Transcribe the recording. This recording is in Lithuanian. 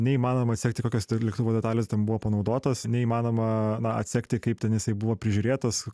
neįmanoma atsekti kokios ten lėktuvo detalės ten buvo panaudotos neįmanoma atsekti kaip ten jisai buvo prižiūrėtas